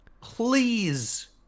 Please